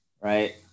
right